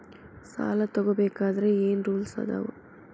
ಸಾಲ ತಗೋ ಬೇಕಾದ್ರೆ ಏನ್ ರೂಲ್ಸ್ ಅದಾವ?